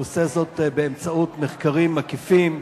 הוא עושה זאת באמצעות מחקרים מקיפים,